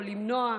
או למנוע,